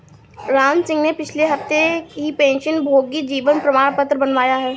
रामसिंह ने पिछले हफ्ते ही पेंशनभोगी जीवन प्रमाण पत्र बनवाया है